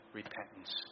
repentance